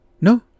no